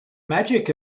magic